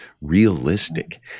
realistic